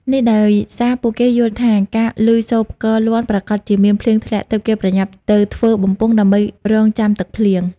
នេះដោយសារ ពួកគេយល់ថាការឮសូរផ្គរលាន់ប្រាកដជាមានភ្លៀងធ្លាក់ទើបគេប្រញាប់ទៅធ្វើបំពង់ដើម្បីរង់ចាំទឹកភ្លៀង។